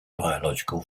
biological